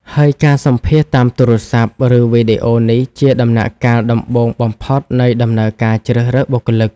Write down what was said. ហើយការសម្ភាសន៍តាមទូរស័ព្ទ ឬវីដេអូនេះជាដំណាក់កាលដំបូងបំផុតនៃដំណើរការជ្រើសរើសបុគ្គលិក។